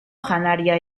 janaria